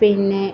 പിന്നെ